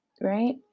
right